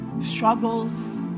struggles